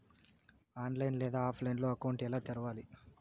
online లేదా ఆఫ్లైన్లో account ఎలా తెరవాలి